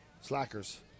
Slackers